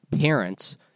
parents